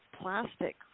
plastic